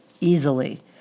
easily